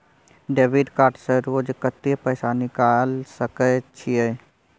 Debit card से रोज कत्ते पैसा निकाल सके छिये?